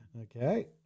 Okay